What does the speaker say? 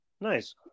Nice